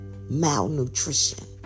malnutrition